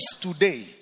today